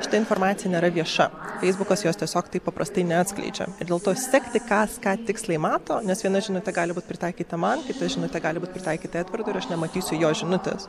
šita informacija nėra vieša feisbukas jos tiesiog taip paprastai neatskleidžia ir dėl to sekti kas ką tiksliai mato nes viena žinutė gali būti pritaikyta man kita žinutė gali būti pritaikyta edvardui ir aš nematysiu jo žinutės